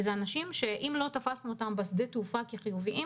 אלה אנשים שאם לא תפסנו אותם בשדה התעופה כחיוביים,